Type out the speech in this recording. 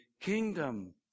kingdom